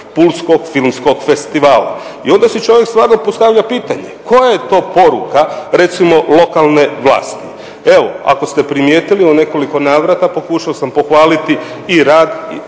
Pulskog filmskog festivala. I onda si čovjek stvarno postavlja pitanje, koja je to poruka, recimo lokalne vlasti. Evo, ako ste primjetili u nekoliko navrata pokušao sam pohvaliti i rad